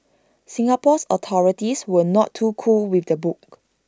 Singapore's authorities were not too cool with the book